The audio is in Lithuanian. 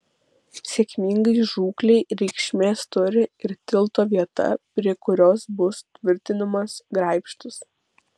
sėkmingai žūklei reikšmės turi ir tilto vieta prie kurios bus tvirtinamas graibštas